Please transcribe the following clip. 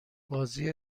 بازی